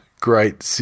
Great